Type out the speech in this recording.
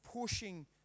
pushing